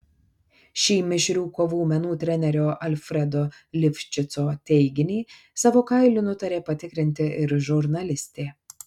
šį mišrių kovų menų trenerio alfredo lifšico teiginį savo kailiu nutarė patikrinti ir žurnalistė